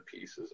pieces